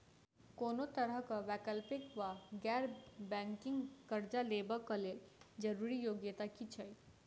कोनो तरह कऽ वैकल्पिक वा गैर बैंकिंग कर्जा लेबऽ कऽ लेल जरूरी योग्यता की छई?